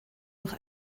durch